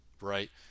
right